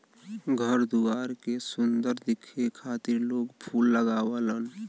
घर दुआर के सुंदर दिखे खातिर लोग फूल लगावलन